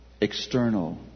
external